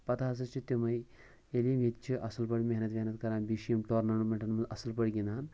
پَتہٕ ہَسا چھِ تِمٕے ییٚلہِ یِم ییٚتہِ چھِ اَصٕل پٲٹھۍ محنت وحنت کَران بیٚیہِ چھِ یِم ٹورنامٮ۪نٛٹَن منٛز اَصٕل پٲٹھۍ گِنٛدان